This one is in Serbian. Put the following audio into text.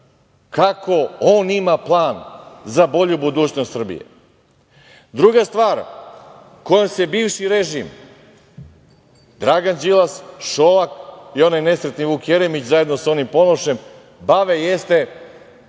kako on ima plan za bolju budućnost Srbije. Druga stvar, kojom se bivši režim, Dragan Đilas, Šolak i onaj nesretni Vuk Jeremić, zajedno sa onim Ponošem, bave, jeste